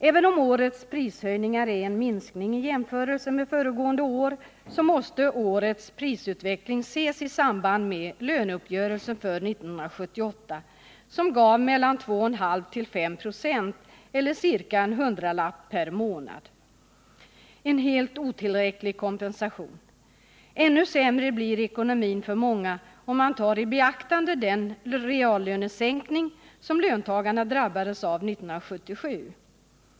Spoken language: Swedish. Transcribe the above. Även om årets prishöjningar är mindre än föregående års, måste årets prisutveckling ses i samband med löneuppgörelsen för 1978, som gav mellan 2,5 och 5 96, eller ca en hundralapp per månad. Det är en helt otillräcklig kompensation. Ännu sämre blir ekonomin för många om man tar i beaktande den reallönesänkning som löntagarna drabbades av 1977.